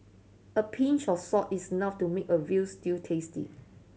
a pinch of salt is enough to make a veal stew tasty